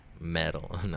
metal